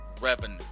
revenue